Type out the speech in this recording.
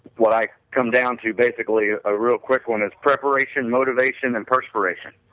what i come down to basically a real quick one is preparation, motivation, and perspiration.